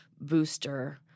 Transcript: booster